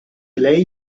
lei